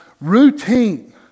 routine